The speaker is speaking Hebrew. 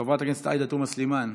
חברת הכנסת עאידה תומא סלימאן,